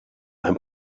ein